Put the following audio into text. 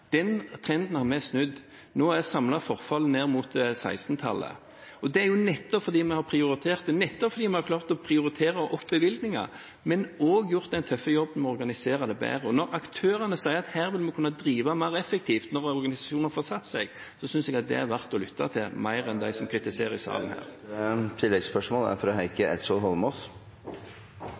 Den trenden har vi snudd. Nå er samlet forfall ned mot 16-tallet. Det er nettopp fordi vi har prioritert, nettopp fordi vi har klart å prioritere bevilgninger, men vi har også gjort den tøffe jobben med å organisere det bedre. Når aktørene sier at her vil vi kunne drive mer effektivt når organisasjonen har fått satt seg, synes jeg det er verdt å lytte til.